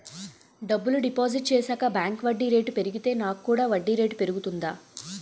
డబ్బులు డిపాజిట్ చేశాక బ్యాంక్ వడ్డీ రేటు పెరిగితే నాకు కూడా వడ్డీ రేటు పెరుగుతుందా?